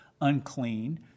unclean